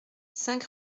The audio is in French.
cinq